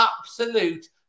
absolute